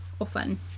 often